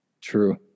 true